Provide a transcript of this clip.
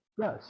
Yes